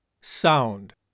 Sound